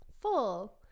full